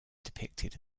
depicted